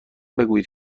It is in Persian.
بگویید